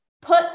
put